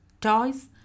toys